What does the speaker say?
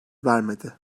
vermedi